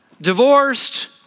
divorced